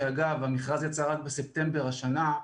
שאגב המכרז יצא רק בספטמבר השנה,